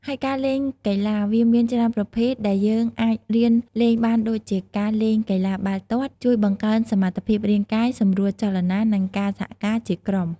ហើយការលេងកីឡា វាមានច្រើនប្រភេទដែលយើងអាចរៀនលេងបានដួចជាការលេងកីឡាបាល់ទាត់ ជួយបង្កើនសមត្ថភាពរាងកាយ សម្រួលចលនា និងការសហការជាក្រុម។